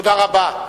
תודה רבה.